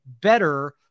better